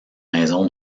maison